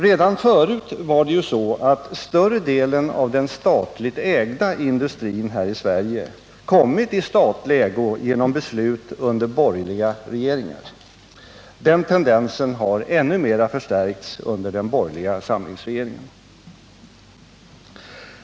Redan förut var det ju så att större delen av den statligt ägda industrin här i Sverige kommit i statlig ägo genom beslut under borgerliga regeringar. Den tendensen har ännu mera förstärkts under den borgerliga samlingsregeringen.